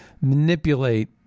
manipulate